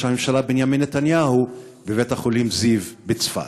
הממשלה בנימין נתניהו בבית-חולים זיו בצפת.